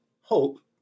hope